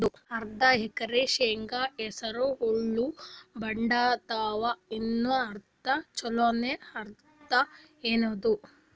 ಅರ್ಧ ಎಕರಿ ಶೇಂಗಾಕ ಹಸರ ಹುಳ ಬಡದಾವ, ಇನ್ನಾ ಅರ್ಧ ಛೊಲೋನೆ ಅದ, ಏನದು?